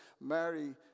Marry